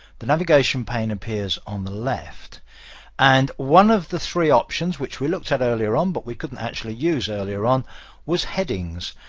the navigation pane appears on the left and one of the three options which we looked at earlier on but we couldn't actually use earlier on was headings.